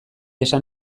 esan